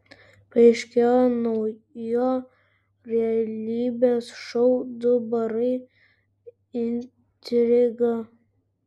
paaiškėjo naujo realybės šou du barai intriga